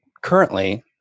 currently